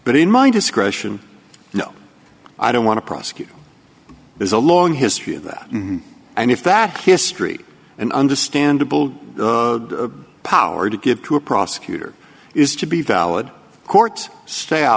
but in mind discretion no i don't want to prosecute there's a long history of that and if that history and understandable power to give to a prosecutor is to be valid court stay out